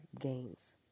gains